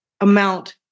amount